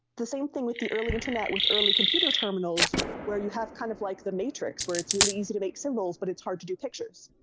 the same thing with the early internet, with early computer terminals where you have kind of like the matrix, where it's really easy to make symbols but it's hard to to pictures.